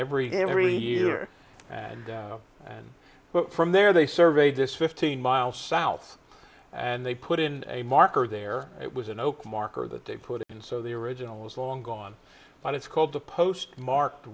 day every year and and from there they surveyed this fifteen miles south and they put in a marker there it was an oak marker that they put it in so the original is long gone and it's called the postmark